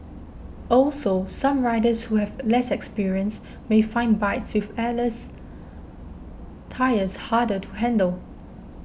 also some riders who have less experience may find bikes with airless tyres harder to handle